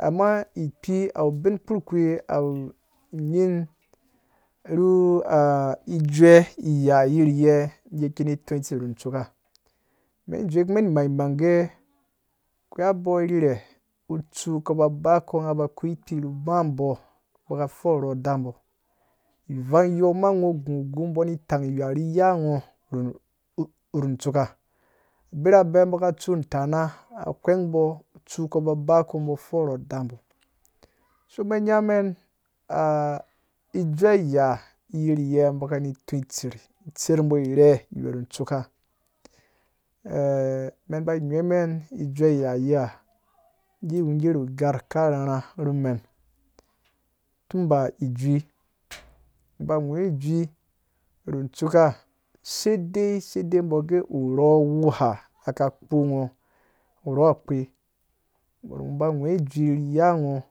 Amma ikpii awu bin kpukpi awu nying ru jue ya jirye gee kini tõõ tser ru tsuuka men dzowukumen maimang gee a koi abɔ rhere utsuu kpo ba bakɔ nghaba koi ikpii ru bã bo bɔɔ ka for rhɔɔ dabo ivang yɔɔ ma ngho gũ gu bo ni tanwha ru yangho ru tsuuka birabɛ bɔ ka tsu utana a ghweenbo uitsuu ku ba bakɔ bɔ for rhɔɔ dabo so men nyamen eh ijue ya yirye bo kani tõõi tser itserbo rhe iwu ru tsuuka eh menba ghweemen ijue ya yiya gee iwu ru gar, ka rharha ru men tumba ijui ba aghwee ijui, uba ghwee ijui ru tsuuka saiai saidai bɔ gee urho wuha nghaka kpo ngho rho akpɛ ba ghwee ijui ru yanghe